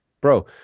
bro